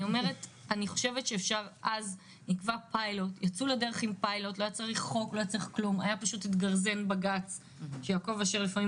אז יצאו לדרך כי היה פיילוט והיה גרזן בג"צ שיעקב אשר לפעמים